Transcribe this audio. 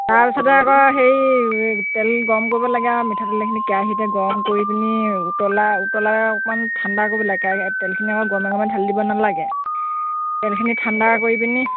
তাৰ পিছতে আকৌ হেৰি তেল গৰম কৰিব লাগে আৰু মিঠাতেলখিনি কেৰাহীতে গৰম কৰি পিনি উতলাই উতলাই অকণমান ঠাণ্ডা কৰিব লাগে তেলখিনি আক গৰমে গৰমে ধালি দিব নালাগে তেলখিনি ঠাণ্ডা কৰি পিনি